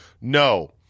No